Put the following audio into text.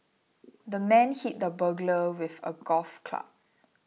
the man hit the burglar with a golf club